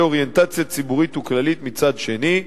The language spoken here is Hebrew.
אוריינטציה ציבורית וכללית מצד שני,